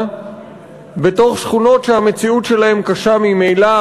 בתוך שכונות שהמציאות שלהן קשה ממילא.